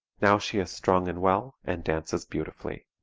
now she is strong and well and dances beautifully.